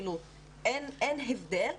אין הבדל.